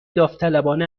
داوطلبانه